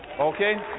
Okay